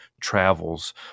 travels